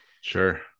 Sure